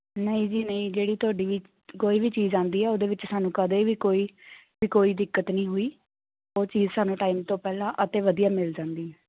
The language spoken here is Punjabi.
ਨਹੀਂ ਜੀ ਨਹੀਂ ਜਿਹੜੀ ਤੁਹਾਡੀ ਕੋਈ ਵੀ ਚੀਜ਼ ਆਉਂਦੀ ਆ ਉਹਦੇ ਵਿੱਚ ਸਾਨੂੰ ਕਦੇ ਵੀ ਕੋਈ ਵੀ ਕੋਈ ਦਿੱਕਤ ਨਹੀਂ ਹੋਈ ਉਹ ਚੀਜ਼ ਸਾਨੂੰ ਟਾਈਮ ਤੋਂ ਪਹਿਲਾਂ ਅਤੇ ਵਧੀਆ ਮਿਲ ਜਾਂਦੀ